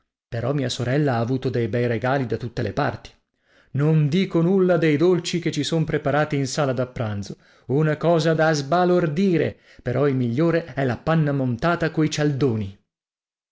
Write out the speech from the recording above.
però mia sorella ha avuto dei bei regali da tutte le parti non dico nulla dei dolci che ci son preparati in sala da pranzo una cosa da sbalordire però il migliore è la panna montata coi cialdoni